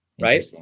Right